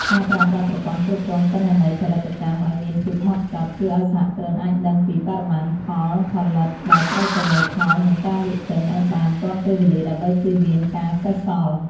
ការប្រើប្រាស់ប្រព័ន្ធគ្រប់គ្រងទិន្នន័យផលិតកម្មឱ្យមានភាពហ្មត់ចត់ ជួយឱ្យសហគ្រិនអាចដឹងពីបរិមាណផលផលិតដែលត្រូវប្រមូលផល និងការលក់ចេញឱ្យបានទាន់ពេលវេលាដើម្បីជៀសវាងការសេសសល់។